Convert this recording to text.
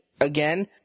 again